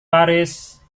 paris